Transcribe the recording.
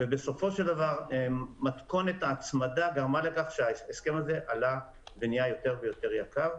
בסופו של דבר מתכונת ההצמדה גרמה לכך שההסכם הזה נהיה יותר ויותר יקר,